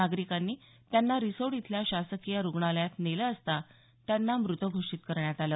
नागरिकांनी त्यांना रिसोड इथल्या शासकीय रुग्णालयात नेलं असता त्यांना मृत घोषित करण्यात आलं